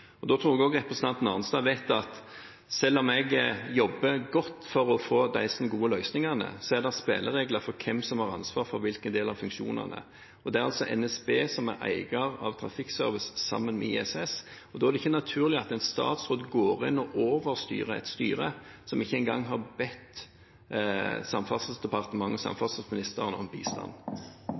Da tror jeg også representanten vet at selv om jeg jobber godt for å få disse gode løsningene, er det spilleregler for hvem som har ansvar for hvilken del av funksjonene. NSB er eier av Trafikkservice sammen med ISS, og da er det ikke naturlig at en statsråd går inn og overstyrer et styre, som ikke engang har bedt Samferdselsdepartementet og samferdselsministeren om bistand.